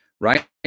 right